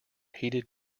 heated